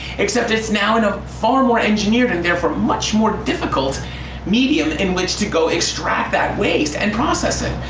except its now in a far more engineered and therefore much more difficult medium in which to go extract that waste and processes it.